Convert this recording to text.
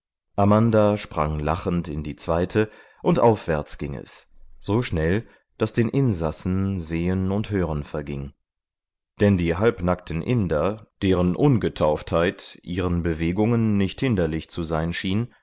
amanda sprang lachend ln die zweite und aufwärts ging es so schnell daß den insassen sehen und hören verging denn die halbnackten inder deren ungetauftheit ihren bewegungen nicht hinderlich zu sein schien